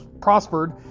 prospered